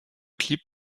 clip